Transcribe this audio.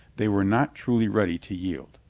they were not truly ready to yield.